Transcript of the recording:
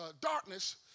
darkness